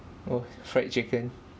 oh fried chicken